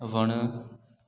वणु